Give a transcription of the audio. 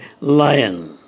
lion